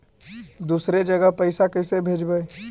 दुसरे जगह पैसा कैसे भेजबै?